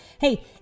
Hey